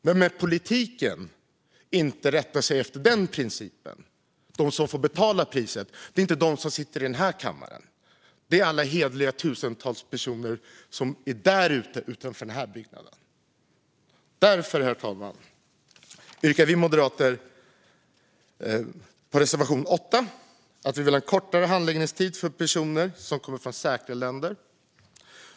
Men när politiken inte rättar sig efter den principen får inte de som sitter i denna kammare betala priset utan alla tusentals hederliga personer utanför denna byggnad. Herr talman! Därför yrkar jag bifall till reservation 8. Vi vill ha kortare handläggningstid för personer som kommer från säkra länder.